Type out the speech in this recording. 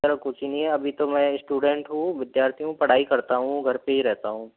sir कुछ नहीं अभी तो मैं इस्टूडेंट हूँ विद्यार्थी हूँ पढ़ाई करता हूँ घर पे ही रहता हूँ